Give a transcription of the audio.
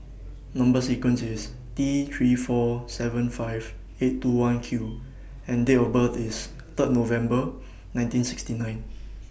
Number sequence IS T three four seven five eight two one Q and Date of birth IS Third November nineteen sixty nine